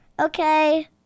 Okay